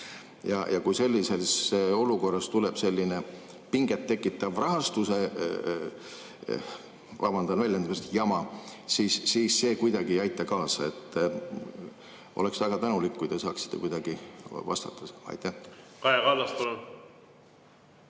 Kui sellises olukorras tuleb selline pinget tekitav rahastuse, vabandan väljendust, jama, siis see kuidagi ei aita kaasa. Oleks väga tänulik, kui te saaksite kuidagi vastata